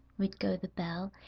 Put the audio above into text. would go the bell,